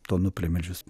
tonų primelžius